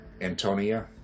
Antonia